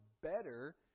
better